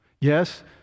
yes